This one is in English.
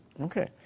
Okay